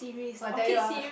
!wah! I tell you ah